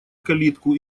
калитку